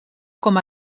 com